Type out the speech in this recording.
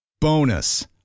Bonus